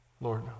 Lord